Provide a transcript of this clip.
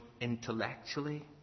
intellectually